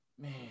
Man